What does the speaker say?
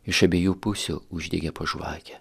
iš abiejų pusių uždegė žvakę